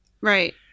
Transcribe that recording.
Right